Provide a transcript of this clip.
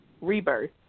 rebirth